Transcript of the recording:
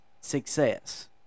success